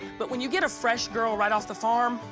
but when you get a fresh girl right off the farm,